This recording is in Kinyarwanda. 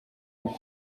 ubu